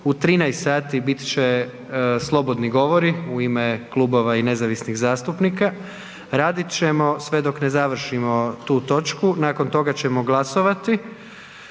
u 13 sati bit će slobodni govori u ime klubova i nezavisnih zastupnika, radit ćemo sve dok ne završimo tu točku, nakon toga ćemo glasovati,